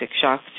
shock